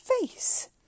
face